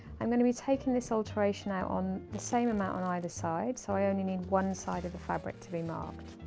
i'm going to be taking this alteration out on the same amount on either side, so i only need one side of the fabric to be marked.